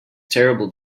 terrible